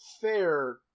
fair